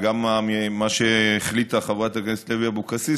וגם מה שהחליטה חברת הכנסת לוי אבקסיס